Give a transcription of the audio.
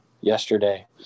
Yesterday